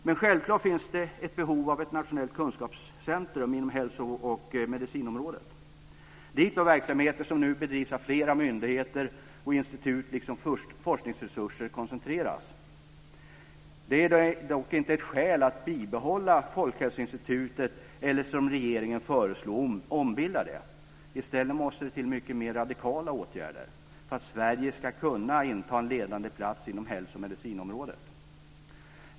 Självklart finns det ett behov av ett nationellt kunskapscentrum inom hälso och medicinområdet. Dit bör verksamheter som nu bedrivs av flera myndigheter och institut liksom forskningsresurser koncentreras. Det är dock inte ett skäl att bibehålla folkhälsoinstitutet eller, som regeringen föreslår, ombilda det. I stället måste det till betydligt radikalare åtgärder för att Sverige ska kunna inta en ledande plats inom hälso och medicinområdet.